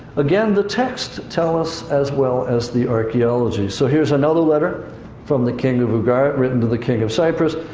again, the texts tell us, as well as the archaeology. so here's another letter from the king of ugarit, written to the king of cyprus.